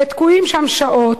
ותקועים שם שעות,